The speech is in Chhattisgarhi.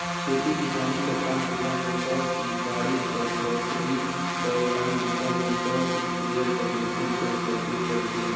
खेती किसानी कर काम बूता मे कह कि बाड़ी बखरी कर काम बूता मे कह इस्पेयर कर जरूरत दो परबे करथे